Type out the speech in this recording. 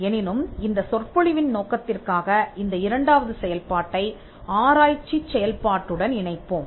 எனினும் இந்த சொற்பொழிவின் நோக்கத்திற்காக இந்த இரண்டாவது செயல்பாட்டை ஆராய்ச்சிச் செயல்பாட்டுடன் இணைப்போம்